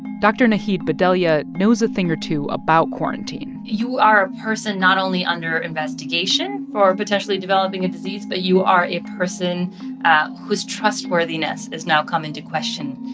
dr. nahid bhadelia knows a thing or two about quarantine you are a person not only under investigation for potentially developing a disease, but you are a person whose trustworthiness has now come into question.